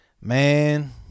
man